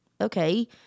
okay